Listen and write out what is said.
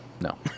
no